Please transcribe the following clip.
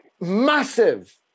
massive